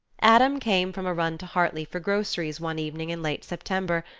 adam came from a run to hartley for groceries one evening in late september,